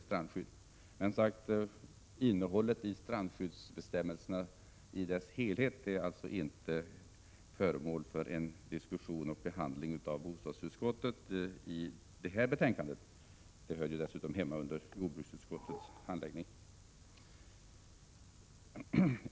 Strandskyddsbestämmelsernas innehåll i dess helhet är alltså inte föremål för en diskussion och behandling av bostadsutskottet i detta betänkande. Frågan hör hemma i jordbruksutskottet och handläggs där.